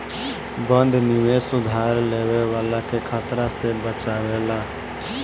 बंध निवेश उधार लेवे वाला के खतरा से बचावेला